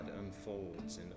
unfolds